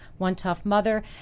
OneToughMother